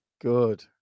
Good